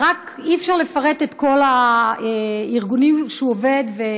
אי-אפשר לפרט את כל הארגונים שהוא עובד אתם,